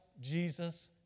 Jesus